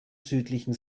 südlichen